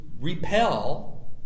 repel